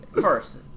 First